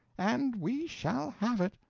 and we shall have it!